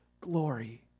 glory